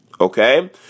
okay